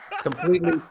Completely